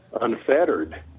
unfettered